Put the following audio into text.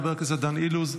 חבר הכנסת דן אילוז,